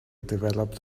developed